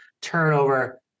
turnover